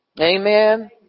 Amen